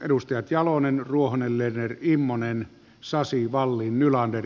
edustajat jalonen ruohonen lerner immonen sasi wallin nylander